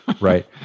right